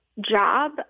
job